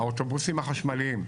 האוטובוסים החשמליים,